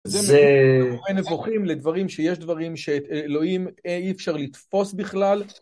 זה, מורה נבוכים, לדברים, שיש דברים שאת אלוהים אין אי אפשר לתפוס בכלל.